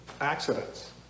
accidents